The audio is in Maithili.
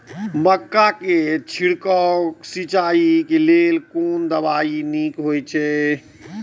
मक्का के छिड़काव सिंचाई के लेल कोन दवाई नीक होय इय?